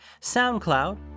SoundCloud